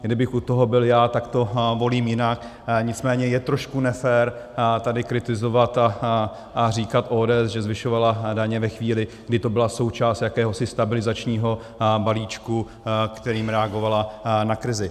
Kdybych u toho byl já, tak to volím jinak, nicméně je trošku nefér tady kritizovat a říkat ODS, že zvyšovala daně ve chvíli, kdy to byla součást jakéhosi stabilizačního balíčku, kterým reagovala na krizi.